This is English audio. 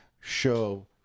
show